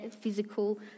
physical